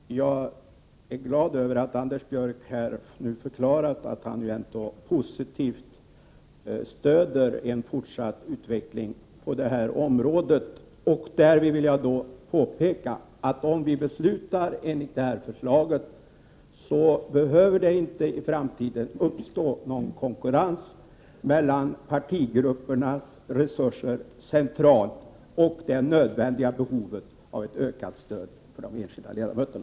Herr talman! Jag är glad över att Anders Björck nu förklarat att han positivt stöder en fortsatt utveckling på det här området. Därvid vill jag påpeka att om vi beslutar enligt det föreliggande förslaget, behöver det inte i framtiden uppstå någon konkurrens mellan partigruppernas resurser centralt och det nödvändiga behovet av ett ökat stöd för de enskilda ledamöterna.